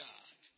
God